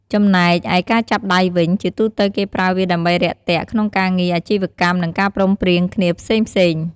ចំណែកឯការចាប់ដៃវិញ ជាទូទៅគេប្រើវាដើម្បីរាក់ទាក់ក្នុងការងារ អាជីវកម្ម និងការព្រមព្រៀងគ្នាផ្សេងៗ។